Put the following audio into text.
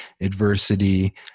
adversity